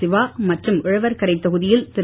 சிவா மற்றும் உழவர்கரை தொகுதியில் திரு